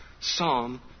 Psalm